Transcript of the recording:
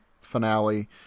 finale